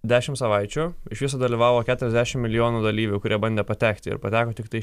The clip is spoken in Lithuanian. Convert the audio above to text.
dešimt savaičių iš viso dalyvavo keturiasdešimt milijonų dalyvių kurie bandė patekti ir padaro tiktai